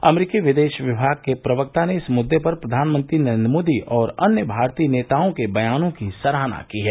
अमरीकी विदेश विमाग के प्रवक्ता ने इस मुद्दे पर प्रधानमंत्री नरेन्द्र मोदी और अन्य भारतीय नेताओं के बयानों की सराहना की है